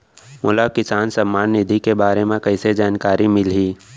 मोला किसान सम्मान निधि के बारे म कइसे जानकारी मिलही?